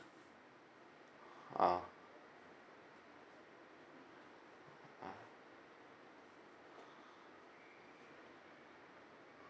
uh